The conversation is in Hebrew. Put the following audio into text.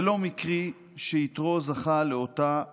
זה לא מקרי שיתרו זכה לאותה הוקרה.